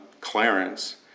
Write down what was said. Clarence